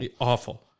Awful